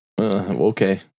Okay